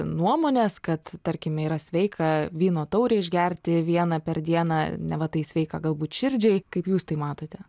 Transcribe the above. nuomones kad tarkime yra sveika vyno taurę išgerti vieną per dieną neva tai sveika galbūt širdžiai kaip jūs tai matote